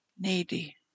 needy